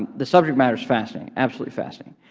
the subject matter is fascinating, absolutely fascinating.